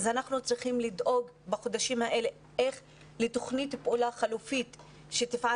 אנחנו צריכים לדאוג בחודשים האלה לתוכנית פעולה חלופית שתפעל